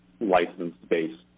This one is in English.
license-based